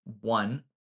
One